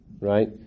right